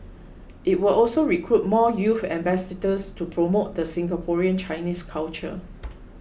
it will also recruit more youth ambassadors to promote the Singaporean Chinese culture